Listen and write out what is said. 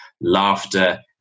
laughter